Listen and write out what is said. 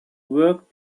work